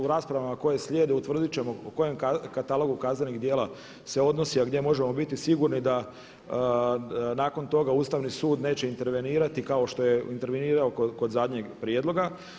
U raspravama koje slijede utvrdi ćemo o kojem katalogu kaznenih djela se odnosi, a gdje možemo biti sigurni da nakon toga Ustavni sud neće intervenirati kao što je intervenirao kod zadnjeg prijedloga.